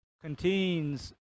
contains